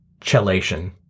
chelation